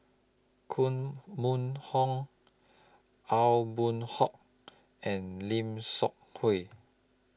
Koh Mun Hong Aw Boon Haw and Lim Seok Hui